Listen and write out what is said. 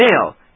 mail